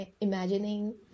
imagining